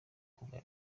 kuva